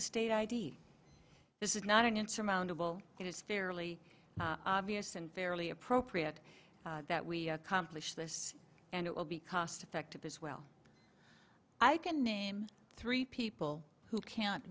a state id this is not an insurmountable it is fairly obvious and fairly appropriate that we accomplish this and it will be cost effective as well i can name three people who can